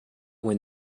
win